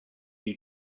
you